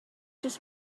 his